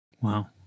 Wow